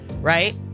Right